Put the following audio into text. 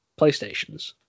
PlayStations